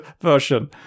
version